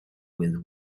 with